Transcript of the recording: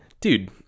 dude